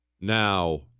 Now